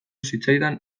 zitzaidan